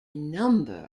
number